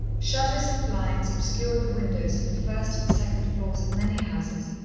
shutters and blinds obscured the windows of the first and second floors of many houses,